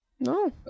No